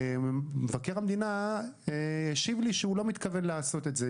מבקר המדינה השיב לי שהוא לא מתכוון לעשות את זה.